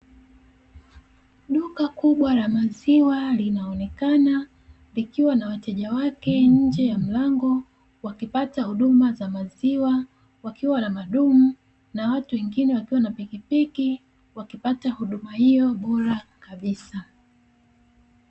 Duka kubwa la maziwa linaonekana, likiwa na wateja wake nje ya mlango, wakipata huduma za maziwa, wakiwa na madumu; na watu wengine wakiwa na pikipiki wakipata huduma hiyo bora kabisa.